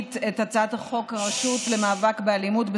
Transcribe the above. את הצעת חוק הרשות למאבק באלימות,